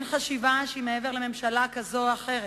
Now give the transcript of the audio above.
אין חשיבה שהיא מעבר לממשלה זו או אחרת.